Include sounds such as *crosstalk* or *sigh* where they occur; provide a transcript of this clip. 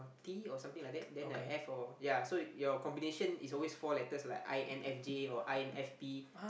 T or something like that then the F or ya so your combination is always four letters like i_n_f_j or i_n_f_p *noise*